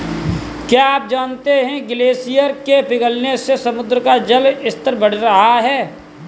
क्या आप जानते है ग्लेशियर के पिघलने से समुद्र का जल स्तर बढ़ रहा है?